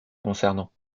concernant